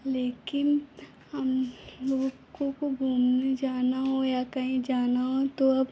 लेकिन हमलोगों को घूमने जाना हो या कहीं जाना हो तो अब